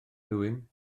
hywyn